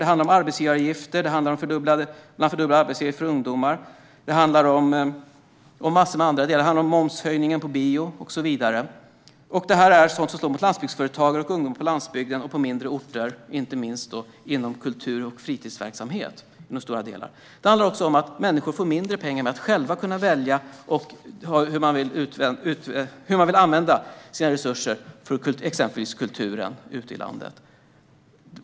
Det handlar om arbetsgivaravgifter som fördubblas för ungdomar, det handlar om momshöjningen på bio och så vidare. Det är sådant som slår mot landsbygdsföretag och mot ungdomar på landsbygden och på mindre orter, inte minst inom kultur och fritidsverksamhet, i stora delar. Det handlar om att människor får mindre pengar till att själva välja hur de vill använda sina resurser, exempelvis till kultur ute i landet.